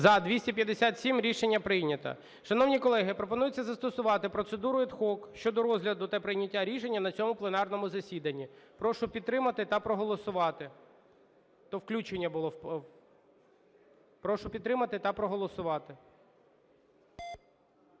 За-257 Рішення прийнято. Шановні колеги, пропонується застосувати процедуру ad hoc щодо розгляду та прийняття рішення на цьому пленарному засіданні. Прошу підтримати та проголосувати.